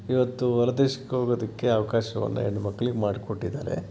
ಇವತ್ತು ಹೊರದೇಶಕ್ಕೆ ಹೋಗೋದಕ್ಕೆ ಅವಕಾಶವನ್ನು ಹೆಣ್ಣುಮಕ್ಕಳಿಗೆ ಮಾಡ್ಕೊಟ್ಟಿದ್ದಾರೆ